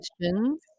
questions